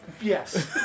Yes